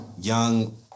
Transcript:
young